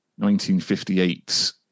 1958